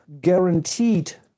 guaranteed